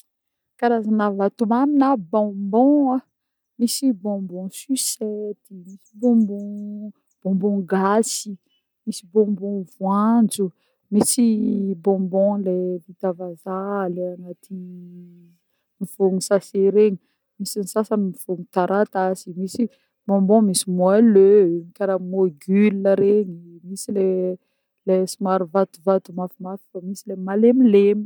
Karazagna vatomamy na bonbons: misy bonbon susety, misy bonbon bonbon gasy, misy bonbon voanjo, misy bonbon le vita vazah le agnaty-y mifôno sachet regny, misy le sasany mifôno taratasy, misy bonbon misy moelleux kara mogule regny, misy le le somary vatovato mafimafy fô misy le malemilemy.